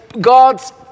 God's